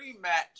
rematch